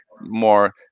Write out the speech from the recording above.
more